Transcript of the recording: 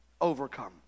overcome